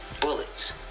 bullets